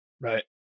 Right